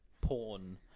porn